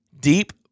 deep